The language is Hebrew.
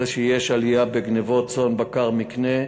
זה שיש עלייה בגנבת צאן, בקר, מקנה,